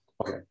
Okay